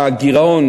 הגירעון,